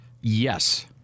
Yes